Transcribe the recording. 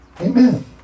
Amen